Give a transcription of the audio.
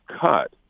cut